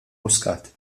muscat